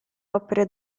opere